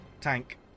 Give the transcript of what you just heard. tank